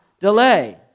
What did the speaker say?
delay